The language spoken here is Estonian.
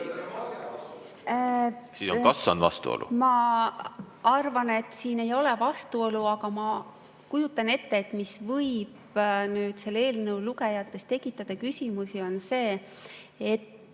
Ma arvan, et siin ei ole vastuolu, aga ma kujutan ette, et mis võib selle eelnõu lugejates tekitada küsimusi, on see, et